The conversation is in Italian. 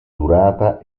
durata